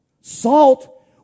Salt